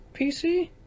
PC